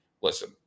listen